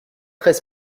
très